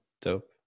Dope